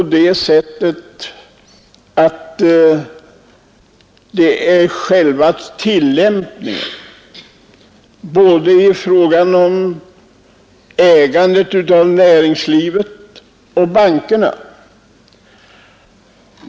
Det gäller själva tillämpningen i fråga om ägandet av näringslivet och bankerna.